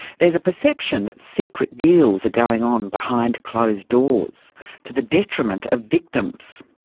there's a perception that secret deals are going on behind closed doors to the detriment of victims.